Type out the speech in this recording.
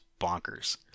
bonkers